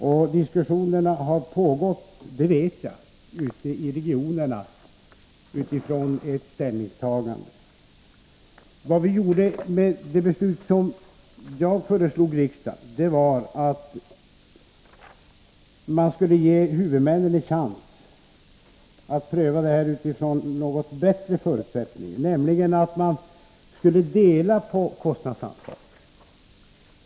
Jag vet att diskussionerna har pågått ute i regionerna utifrån ett ställningstagande. Enligt det förslag som jag förelade riksdagen skulle länshuvudmännen ges en chans att pröva det här utifrån något bättre förutsättningar, nämligen att man skulle dela på kostnadsansvaret.